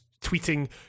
tweeting